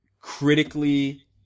critically